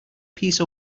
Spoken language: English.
piece